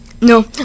No